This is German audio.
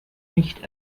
nicht